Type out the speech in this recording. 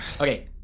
Okay